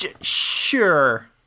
Sure